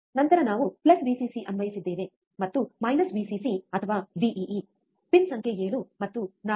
ನಂತರ ನಾವು plus VCC ಅನ್ವಯಿಸಿದ್ದೇವೆ ಮತ್ತು ಮೈನಸ್ ವಿಸಿಸಿ ಅಥವಾ ವಿಇಇ ಪಿನ್ ಸಂಖ್ಯೆ 7 ಮತ್ತು 4